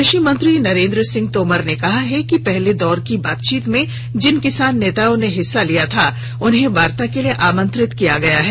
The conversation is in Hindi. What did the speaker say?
कृषि मंत्री नरेन्द्र सिंह तोमर ने कहा है कि पहले दौर की बातचीत में जिन किसान नेताओं ने हिस्सा लिया था उन्हें वार्ता के लिए आमंत्रित किया गया है